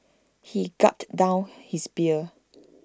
he gulped down his beer